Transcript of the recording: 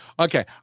Okay